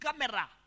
camera